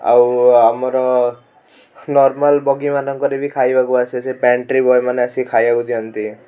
ଆଉ ଆମର ନର୍ମାଲ୍ ବଗିମାନଙ୍କରେ ବି ଖାଇବାକୁ ଆସେ ସେ ପାଣ୍ଟ୍ରି ବୟମାନେ ଆସିକି ଖାଇବାକୁ ଦିଅନ୍ତି